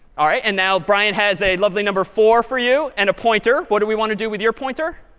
all right. and now, brian has a lovely number four for you and a pointer. what do we want to do with your pointer?